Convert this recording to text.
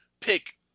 pick